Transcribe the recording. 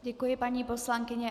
Děkuji, paní poslankyně.